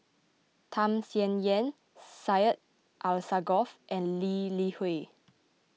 Tham Sien Yen Syed Alsagoff and Lee Li Hui